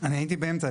אני הייתי באמצע.